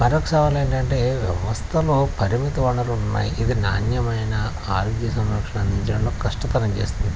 మరొక్క సవాలు ఏంటంటే వ్యవస్థలో పరిమిత వనరులు ఉన్నాయి ఇది నాణ్యమైన ఆర్ధిక సంరక్షణ అందించడంలో కష్టతరం చేస్తుంది